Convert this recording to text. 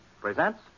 Presents